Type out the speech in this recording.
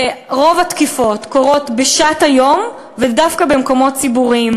רוב התקיפות קורות בשעת היום ודווקא במקומות ציבוריים.